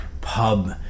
pub